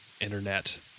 internet